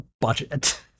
budget—